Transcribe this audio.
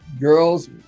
Girls